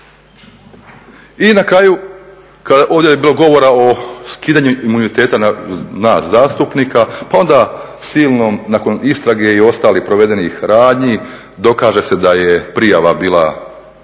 I na kraju, ovdje je bilo govora o skidanju imuniteta nas zastupnika pa onda silnom, nakon istrage i ostalih provedenih radnji, dokaže se da je prijava bila lažna,